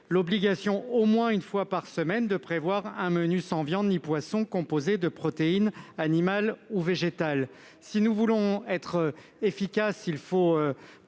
de prévoir, au moins une fois par semaine, un menu sans viande ni poisson et composé de protéines animales ou végétales. Si nous voulons être efficaces, il faut